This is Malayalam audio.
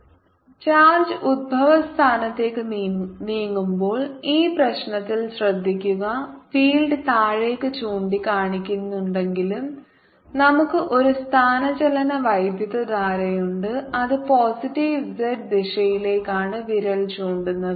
14π0 qv2 ddt1t2zJD 12πqv2t3z ചാർജ് ഉത്ഭവസ്ഥാനത്തേക്ക് നീങ്ങുമ്പോൾ ഈ പ്രശ്നത്തിൽ ശ്രദ്ധിക്കുക ഫീൽഡ് താഴേക്ക് ചൂണ്ടിക്കാണിക്കുന്നുണ്ടെങ്കിലും നമുക്ക് ഒരു സ്ഥാനചലന വൈദ്യുതധാരയുണ്ട് അത് പോസിറ്റീവ് z ദിശയിലേക്കാണ് വിരൽ ചൂണ്ടുന്നത്